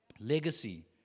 legacy